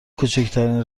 کوچکترین